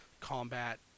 combat